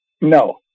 No